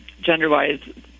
gender-wise